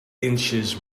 inches